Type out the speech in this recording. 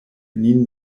nin